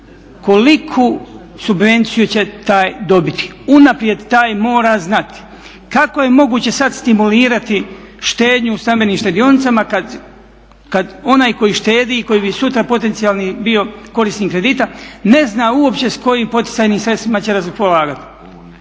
koliku subvenciju će taj dobiti, unaprijed taj mora znati. Kako je moguće sada stimulirati štednju u stambenim štedionicama kada onaj koji štedi i koji bi sutra potencijalni bio korisnik kredita ne zna uopće s kojim poticajnim sredstvima će raspolagati.